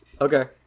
Okay